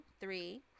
three